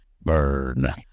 Burn